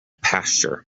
pasture